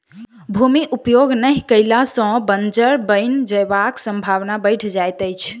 भूमि उपयोग नहि कयला सॅ बंजर बनि जयबाक संभावना बढ़ि जाइत छै